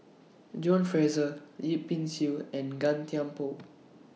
John Fraser Yip Pin Xiu and Gan Thiam Poh